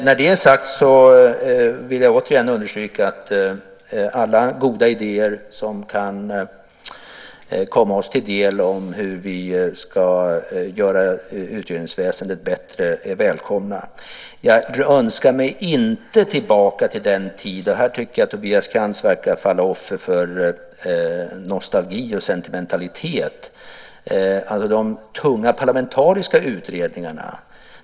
När det är sagt vill jag återigen understryka att alla goda idéer som kan komma oss till del om hur vi ska göra utredningsväsendet bättre är välkomna. Jag önskar mig inte tillbaka till den tid - här tycker jag att Tobias Krantz verkar falla offer för nostalgi och sentimentalitet - då vi hade tunga parlamentariska utredningar.